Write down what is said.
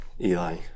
Eli